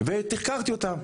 ומתחקר אותן.